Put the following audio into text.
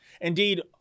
Indeed